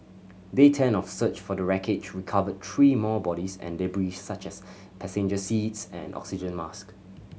day ten of search for the wreckage recovered three more bodies and debris such as passenger seats and oxygen mask